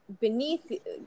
beneath